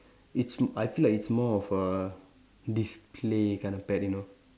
it's I feel like it's more of a display kind of pet you know